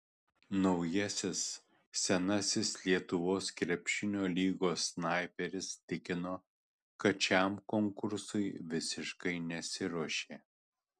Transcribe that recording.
naujasis senasis lietuvos krepšlinio lygos snaiperis tikino kad šiam konkursui visiškai nesiruošė